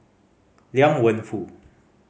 Liang Wenfu